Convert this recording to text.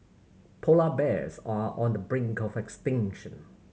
polar bears are on the brink of extinction